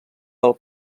del